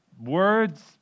words